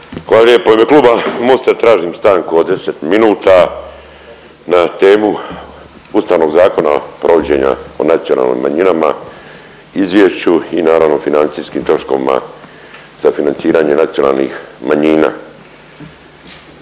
Hvala lijepo. U ime Kluba MOST-a tražim stanku od 10 minuta na temu Ustavnog zakona provođenja o nacionalnim manjinama, izvješću i naravno financijskim troškovima za financiranje nacionalnih manjina.